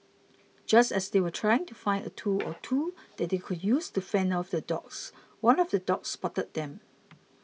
just as they were trying to find a tool or two that they could use to fend off the dogs one of the dogs spotted them